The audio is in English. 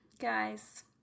guys